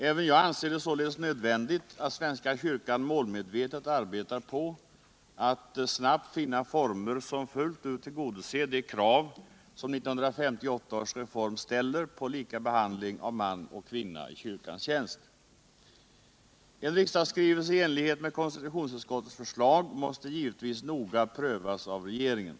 Även jag anser det således nödvändigt att svenska kyrkan målmedvetet arbetar på att snabbt finna former som fullt ut tillgodoser de 177 krav som 1958 års reform ställer på lika behandling av man och kvinna i kyrkans tjänst. En riksdagsskrivelse i enlighet med konsututionsutskottets förslag måste givetvis noga prövas av regeringen.